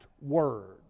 word